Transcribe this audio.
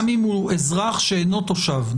גם אם הוא אזרח שאינו תושב?